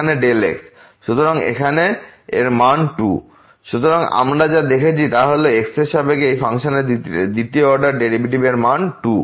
সুতরাং fxx0 fx00x 2Δx 0Δx 2 সুতরাং আমরা যা দেখেছি তা হলো এই x এর সাপেক্ষে এই ফাংশনের দ্বিতীয় অর্ডার ডেরিভেটিভ এর মান 2